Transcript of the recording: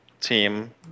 team